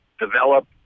develop